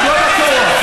עקרון הכוח.